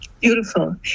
Beautiful